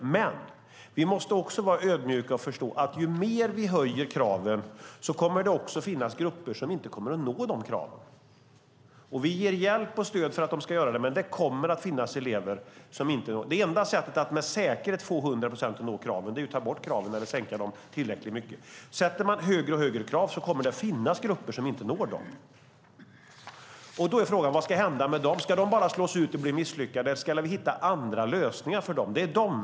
Men vi måste också vara ödmjuka och förstå att när vi höjer kraven kommer det också att finnas grupper som inte kommer att nå de kraven. Vi ger hjälp och stöd för att de ska göra det, men det kommer att finnas elever som inte når dem. Det enda sättet att med säkerhet få 100 procent att nå kraven är att ta bort kraven eller sänka dem tillräckligt mycket. Sätter man högre och högre krav kommer det att finnas grupper som inte når dem. Då är frågan: Vad ska hända med dem? Ska de bara slås ut och känna sig misslyckade? Eller ska vi hitta andra lösningar för dem?